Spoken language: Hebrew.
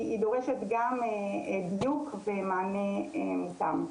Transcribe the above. היא דורשת גם דיוק ומענה מותאם.